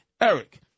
Eric